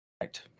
Right